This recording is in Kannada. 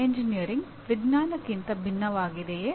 ಎಂಜಿನಿಯರಿಂಗ್ ವಿಜ್ಞಾನಕ್ಕಿಂತ ಭಿನ್ನವಾಗಿದೆಯೇ